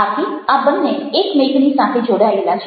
આથી આ બન્ને એકમેકની સાથે જોડાયેલા છે